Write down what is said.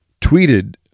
tweeted